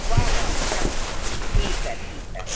वाह वाह क्या ठीकु आहे ठीकु आहे